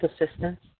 assistance